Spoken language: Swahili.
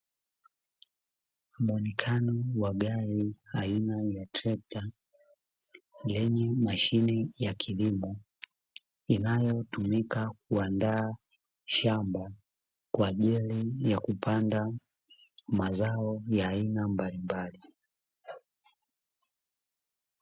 Muonekano wa trekta lenye mashine ya kilimo inayotumika kuandaa shamba kwa ajili ya kupanda mazao ya aina mbalimbali.